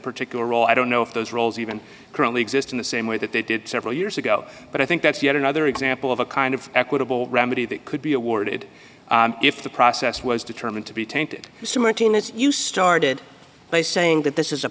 particular role i don't know if those roles even currently exist in the same way that they did several years ago but i think that's yet another example of a kind of equitable remedy that could be awarded if the process was determined to be tainted cementing as you started by saying that this is a